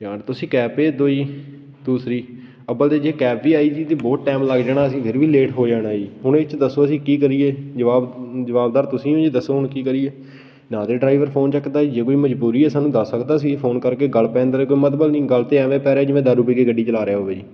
ਯਾਰ ਤੁਸੀਂ ਕੈਬ ਭੇਜ ਦਿਉ ਜੀ ਦੂਸਰੀ ਅੱਬਲ ਤਾਂ ਜੇ ਕੈਬ ਵੀ ਆਈ ਜੀ ਤਾਂ ਬਹੁਤ ਟਾਇਮ ਲੱਗ ਜਾਣਾ ਅਸੀਂ ਫਿਰ ਵੀ ਲੇਟ ਹੋ ਜਾਣਾ ਜੀ ਹੁਣ ਇਹ 'ਚ ਦੱਸੋ ਅਸੀਂ ਕੀ ਕਰੀਏ ਜਵਾਬ ਜਵਾਬਦਾਰ ਤੁਸੀਂ ਹੋ ਦੱਸੋ ਹੁਣ ਕੀ ਕਰੀਏ ਨਾ ਤਾਂ ਡਰਾਈਵਰ ਫੋਨ ਚੱਕਦਾ ਜੇ ਕੋਈ ਮਜ਼ਬੂਰੀ ਹੈ ਸਾਨੂੰ ਦੱਸ ਸਕਦਾ ਸੀ ਫੋਨ ਕਰਕੇ ਗਲ਼ ਪੈਣ ਦਾ ਤਾਂ ਕੋਈ ਮਤਲਬ ਨਹੀਂ ਗਲ਼ ਤਾਂ ਐਵੇਂ ਪੈ ਰਿਹਾ ਜਿਵੇਂ ਦਾਰੂ ਪੀ ਕੇ ਗੱਡੀ ਚਲਾ ਰਿਹਾ ਹੋਵੇ ਜੀ